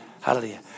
Hallelujah